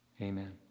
amen